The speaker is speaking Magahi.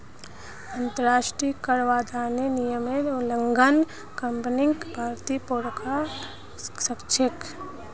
अंतरराष्ट्रीय कराधानेर नियमेर उल्लंघन कंपनीक भररी पोरवा सकछेक